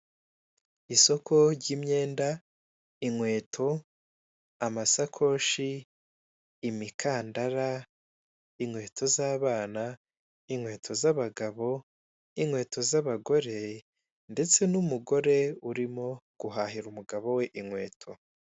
Isoko ry'imyenda, inkweto, amasakoshi, imikandara, inkweto z'abana, inkweto z'abagabo, n'inkweto z'abagore ndetse n'umugore urimo guhahira umugabo we inkweto.